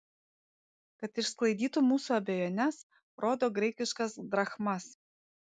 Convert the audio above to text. kad išsklaidytų mūsų abejones rodo graikiškas drachmas